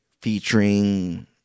featuring